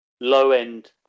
low-end